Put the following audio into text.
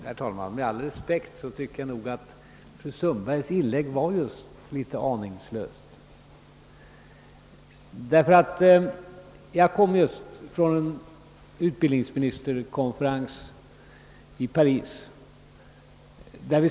Herr talman! Med all respekt tycker jag att fru Sundbergs inlägg var just litet aningslöst. Jag kommer från en veckolång utbildningsministerkonferens i Paris.